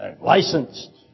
licensed